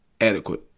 Adequate